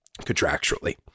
contractually